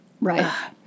Right